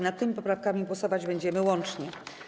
Nad tymi poprawkami głosować będziemy łącznie.